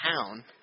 town